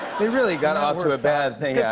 they really got off to a bad thing. yeah